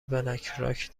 بلکراک